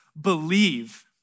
believe